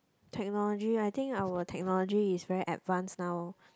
technology I think our technology is very advanced now